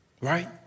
Right